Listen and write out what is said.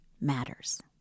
matters